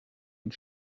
und